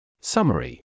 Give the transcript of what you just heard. Summary